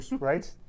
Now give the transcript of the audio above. right